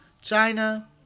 China